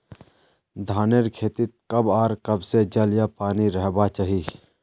धानेर खेतीत कब आर कब से जल या पानी रहबा चही?